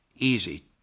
easy